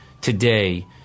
today